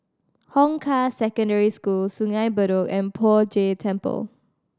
Hong Kah Secondary School Sungei Bedok and Poh Jay Temple